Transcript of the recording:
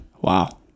Wow